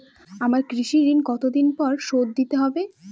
আমার কৃষিঋণ কতদিন পরে শোধ দিতে হবে?